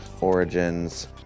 Origins